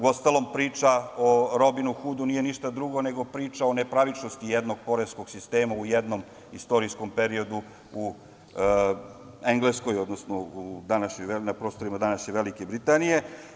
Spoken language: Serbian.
Uostalom, priča o Robinu Hudu nije ništa drugo nego priča o nepravičnosti jednog poreskog sistema u jednom istorijskom periodu u Engleskoj, odnosno na prostorima današnje Velike Britanije.